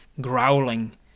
growling